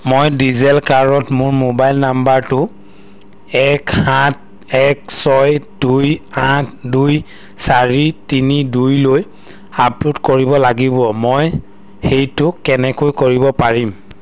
মই ডিজিলকাৰত মোৰ মোবাইল নম্বৰটো এক সাত এক ছয় দুই আঠ দুই চাৰি তিনি দুইলৈ আপডেট কৰিব লাগিব মই সেইটো কেনেকৈ কৰিব পাৰিম